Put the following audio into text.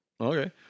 Okay